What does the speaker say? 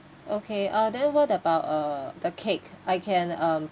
okay uh then what about uh the cake I can um